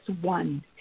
one